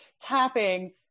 tapping